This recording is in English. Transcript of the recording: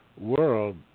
world